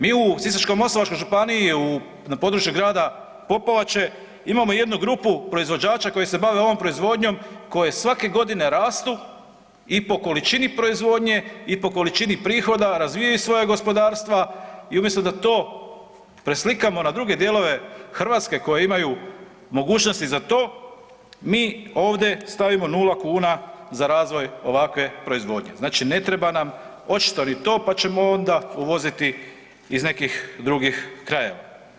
Mi u Sisačko-moslavačkoj županiji, u, na području grada Popovače, imamo jednu grupu proizvođača koji se bave ovom proizvodnjom koje svake godine rastu i po količini proizvodnje i po količini prihoda, razvijaju svoja gospodarstva i umjesto da to preslikamo na druge dijelove Hrvatske koja imaju mogućnosti za to, mi ovdje stavimo 0 kuna za razvoj ovakve proizvodnje, znači ne treba nam očito ni to pa ćemo onda uvoziti iz nekih drugih krajeva.